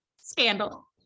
Scandal